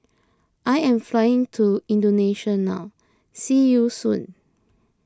I am flying to Indonesia now see you soon